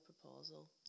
proposal